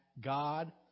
God